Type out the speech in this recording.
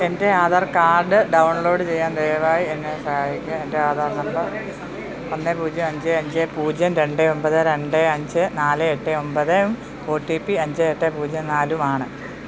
എൻ്റെ Aadhaar card download ചെയ്യാൻ ദയവായി എന്നെ സഹായിക്കുക എൻ്റെ ആധാർ നമ്പർ ഒന്ന് പൂജ്യം അഞ്ച് അഞ്ച് പൂജ്യം രണ്ട് ഒൻപത് രണ്ട് അഞ്ച് നാല് എട്ട് ഒൻപത് ഒ ടി പി അഞ്ച് എട്ട് പൂജ്യം നാലും ആണ്